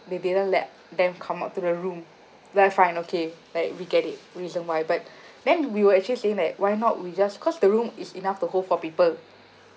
they didn't let them come up to the room like fine okay like we get it reason why but then we were actually saying like why not we just cause the room is enough to hold four people